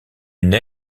une